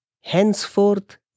Henceforth